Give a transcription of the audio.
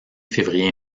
février